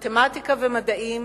מתמטיקה ומדעים